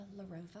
Larova